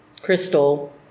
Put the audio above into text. Crystal